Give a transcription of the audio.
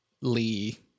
Lee